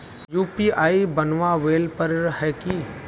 UPI बनावेल पर है की?